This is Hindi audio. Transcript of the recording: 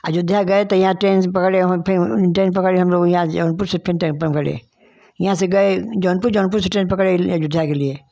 अयोध्या गए थे यहाँ टेन स पकड़े उहाँ फिर टेन पकड़े हमलोग यहाँ जौनपुर से फिर टेन यहाँ से गए जौनपुर जौनपुर से ट्रेन पकड़े अयोध्या के लिए